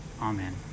Amen